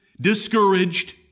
discouraged